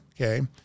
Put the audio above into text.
okay